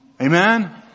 amen